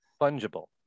Fungible